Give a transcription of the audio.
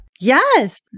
Yes